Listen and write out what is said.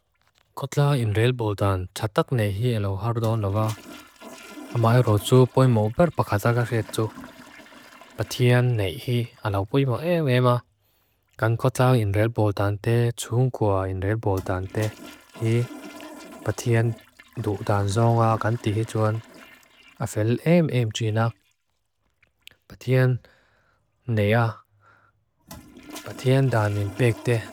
Kotla inrelboldan chatak nehi elohardo nova. Amai rotsu poi mo berpakaza kaxetsu. Patien nehi alau poi mo em ema. Gan Kotla inrelboldante, tsuhunkua inrelboldante. I patien du dan zonga gan tihituan. Afel em em jina. Patien nea. Patien dan minpekte.